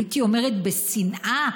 הייתי אומרת בשנאה,